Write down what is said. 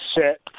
set